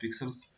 pixels